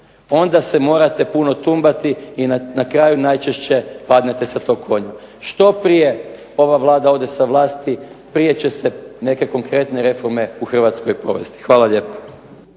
Onda se morate puno tumbati i na kraju najčešće padnete sa tog konja. Što prije ova Vlada ode sa vlasti prije će se neke konkretne reforme u Hrvatskoj provesti. Hvala lijepo.